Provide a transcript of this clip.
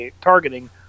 targeting